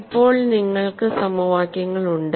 ഇപ്പോൾ നിങ്ങൾക്ക് സമവാക്യങ്ങൾ ഉണ്ട്